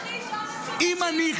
אם אני,